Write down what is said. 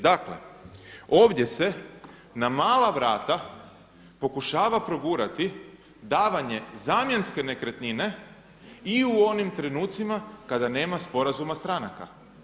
Dakle, ovdje se na mala vrata pokušava progurati davanje zamjenske nekretnine i u onim trenucima kada nema sporazuma stranaka.